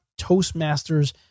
Toastmasters